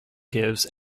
gives